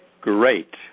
Great